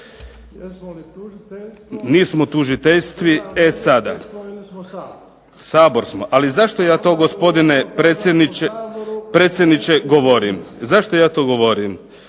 Nismo tužiteljstvo. E sada. Sabor smo. Ali zašto ja to gospodine predsjedniče govorim? Pustimo da se nekoga